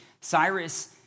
Cyrus